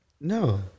No